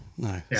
No